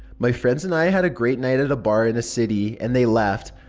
my friends and i had a great night at a bar in the city, and they left.